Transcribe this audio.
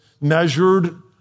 measured